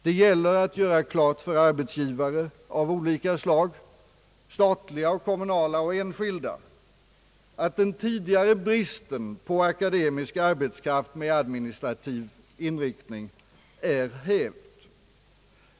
Det gäller att göra klart för arbetsgivare av olika slag — statliga, kommunala och enskilda — att den tidigare bristen på akademisk arbetskraft med administrativ inriktning är hävd.